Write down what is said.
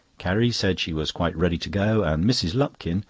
carrie said she was quite ready to go, and mrs. lupkin,